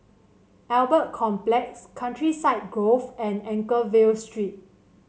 Albert Complex Countryside Grove and Anchorvale Street